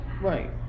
Right